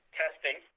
testing